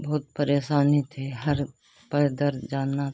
बहुत परेशानी थी हर पैदल जाना था